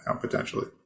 potentially